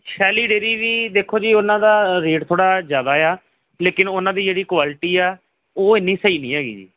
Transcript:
ਸ਼ੈਲੀ ਡੇਅਰੀ ਵੀ ਦੇਖੋ ਜੀ ਉਹਨਾਂ ਦਾ ਰੇਟ ਥੋੜ੍ਹਾ ਜ਼ਿਆਦਾ ਆ ਲੇਕਿਨ ਉਹਨਾਂ ਦੀ ਜਿਹੜੀ ਕੁਆਲਿਟੀ ਆ ਉਹ ਇੰਨੀ ਸਹੀ ਨਹੀਂ ਹੈਗੀ ਜੀ